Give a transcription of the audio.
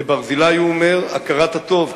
לברזילי הוא אומר: הכרת הטוב,